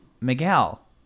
miguel